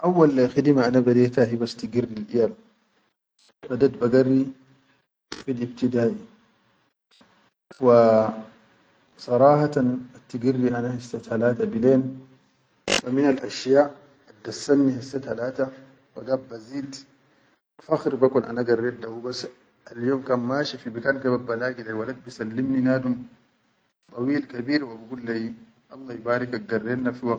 Awuwalan khidime ana be rita hibas tigir lil iyal, bador ba garri fi ibtidaʼi wa sarahatan attigirri hasset hilata bilen wa minal ashya addassani hasset halata wa gaid ba zid fakhar be kon ana garret hubas al yom ka mashi fi bikan ke ba lagi leyi walad bi sallimni nadum dawil kabir wa bigol leyi Allah ya barik garet na.